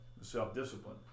self-discipline